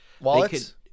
Wallets